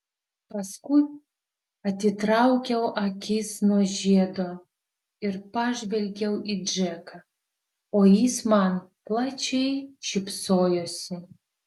paskui atitraukiau akis nuo žiedo ir pažvelgiau į džeką o jis man plačiai šypsojosi